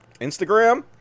Instagram